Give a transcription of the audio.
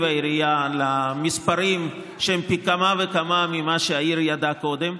העירייה למספרים שהם פי כמה וכמה ממה שהעיר ידעה קודם.